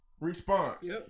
response